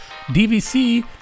DVC